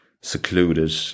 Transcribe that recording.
secluded